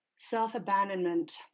Self-abandonment